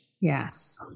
Yes